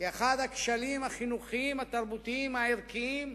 כאחד הכשלים החינוכיים, התרבותיים, הערכיים,